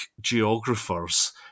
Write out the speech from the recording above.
geographers